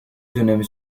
dönemi